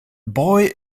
boy